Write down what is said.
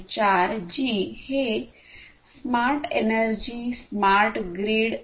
4 G हे smart energy smart grid इ